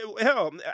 Hell